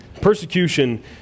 Persecution